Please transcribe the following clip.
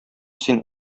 син